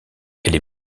est